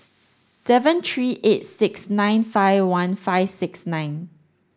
seven three eight six nine five one five six nine